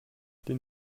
den